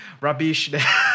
rubbish